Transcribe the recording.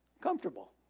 comfortable